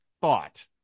thought